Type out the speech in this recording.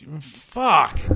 Fuck